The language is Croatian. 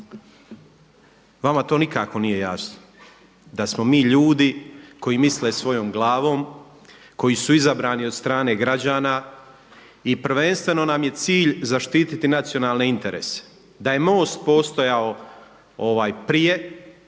Vama to nikako nije jasno da smo mi ljudi koji misle svojom glavom, koji su izabrani od strane građana i prvenstveno nam je cilj zaštiti nacionalne interese. Da je MOST postojao prije